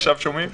עכשיו שומעים?